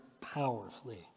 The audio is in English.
powerfully